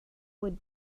would